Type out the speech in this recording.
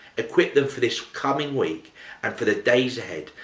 equip them for this coming week and for the days ahead,